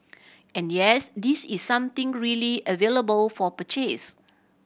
and yes this is something really available for purchase